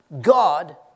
God